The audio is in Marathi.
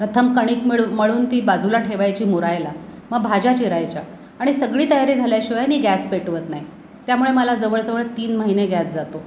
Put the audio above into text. प्रथम कणिक मिळू मळून ती बाजूला ठेवायची मुरायला मग भाज्या चिरायच्या आणि सगळी तयारी झाल्याशिवाय मी गॅस पेटवत नाही त्यामुळे मला जवळजवळ तीन महिने गॅस जातो